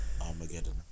Armageddon